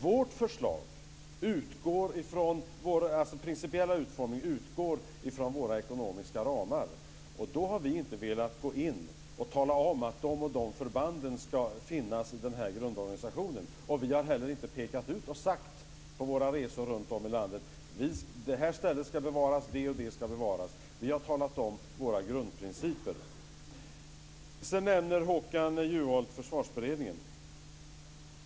I fråga om den principiella utformningen utgår vårt förslag från våra ekonomiska ramar. Men vi har inte velat gå in och säga att de och de förbanden ska finnas med i den här grundorganisationen. Vi har heller inte under våra resor runtom i landet pekat ut ställen och sagt vad som ska bevaras, utan vi har talat om våra grundprinciper. Håkan Juholt nämner Försvarsberedningen.